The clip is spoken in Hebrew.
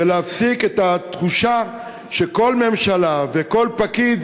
ולהפסיק את התחושה שכל ממשלה וכל פקיד